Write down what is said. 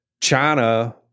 China